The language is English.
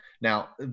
Now